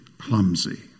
clumsy